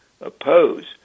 oppose